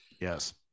Yes